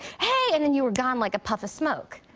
hey! and then you were gone like a puff of smoke.